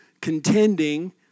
contending